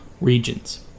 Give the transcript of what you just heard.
regions